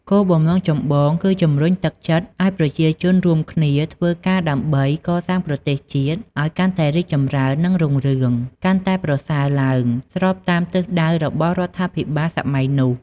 គោលបំណងចម្បងគឺជំរុញទឹកចិត្តឱ្យប្រជាជនរួមគ្នាធ្វើការដើម្បី កសាងប្រទេសជាតិឲ្យកាន់តែរីកចម្រើន និងរុងរឿង កាន់តែប្រសើរឡើង ស្របតាមទិសដៅរបស់រដ្ឋាភិបាលសម័យនោះ។